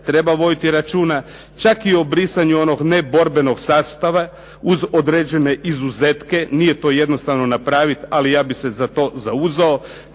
treba voditi računa čak i o brisanju onog neborbenog sastava uz određene izuzetke. Nije to jednostavno napraviti, ali ja bih se za to zauzeo.